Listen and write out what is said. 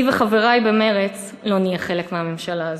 אני וחברי במרצ לא נהיה חלק מהממשלה הזו.